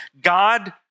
God